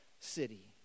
city